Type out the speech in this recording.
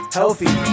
healthy